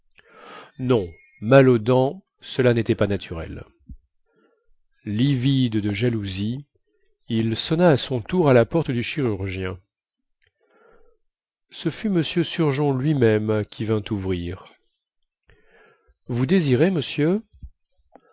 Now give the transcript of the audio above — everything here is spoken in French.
non mal aux dents cela nétait pas naturel livide de jalousie il sonna à son tour à la porte du chirurgien ce fut m surgeon lui-même qui vint ouvrir vous désirez monsieur